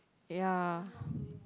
ya